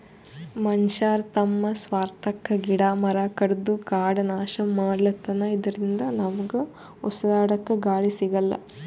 ಮನಶ್ಯಾರ್ ತಮ್ಮ್ ಸ್ವಾರ್ಥಕ್ಕಾ ಗಿಡ ಮರ ಕಡದು ಕಾಡ್ ನಾಶ್ ಮಾಡ್ಲತನ್ ಇದರಿಂದ ನಮ್ಗ್ ಉಸ್ರಾಡಕ್ಕ್ ಗಾಳಿ ಸಿಗಲ್ಲ್